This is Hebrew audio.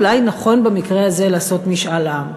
אולי נכון במקרה הזה לעשות משאל עם.